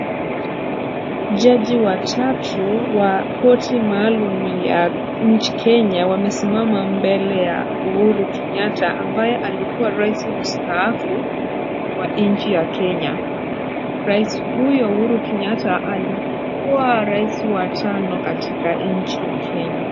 Jaji watatu wa korti maalum ya nchi Kenya wamesimama mbele ya Uhuru Kenyatta ambaye alikuwa rais mstaafu wa nchi ya Kenya. Rais huyo Uhuru Kenyatta alikuwa rais wa tano katika nchi ya Kenya.